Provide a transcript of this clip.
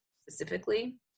specifically